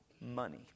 money